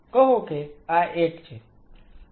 કહો કે આ એક છે